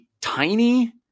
tiny